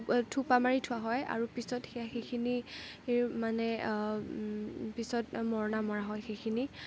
থোপা মাৰি থোৱা হয় আৰু পিছত সেইয়া সেইখিনিৰ মানে পিছত মৰণা মৰা হয় সেইখিনি